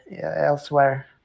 elsewhere